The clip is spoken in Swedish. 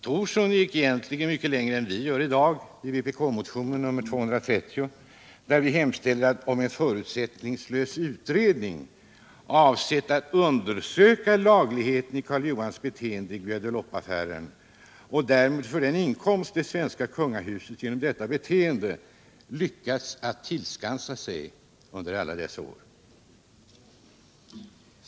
Thorsson gick egentligen mycket längre än vad vi gör i vpk-motionen nr 230, där vi hemställer om en förutsättningslös utredning, avsedd att undersöka lagligheten i Karl Johans beteende i Guadeloupeaffären och därmed förutsättningarna för den inkomst det svenska kungahuset genom detta beteende lyckats tillskansa sig under alla dessa år.